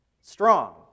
Strong